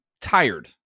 tired